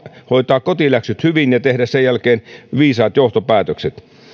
hoitaa kotiläksyt hyvin ja tehdä sen jälkeen viisaat johtopäätökset